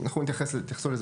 חשוב גם להדגיש, לעניין תחולת